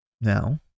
Now